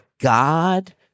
God